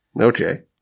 Okay